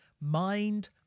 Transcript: Mind